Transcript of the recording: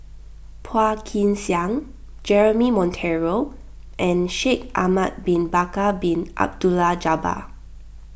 Phua Kin Siang Jeremy Monteiro and Shaikh Ahmad Bin Bakar Bin Abdullah Jabbar